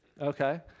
Okay